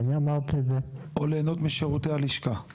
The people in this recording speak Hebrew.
או להנות משירותי הלשכה.